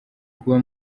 kuba